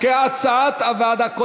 כהצעת הוועדה,